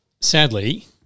Sadly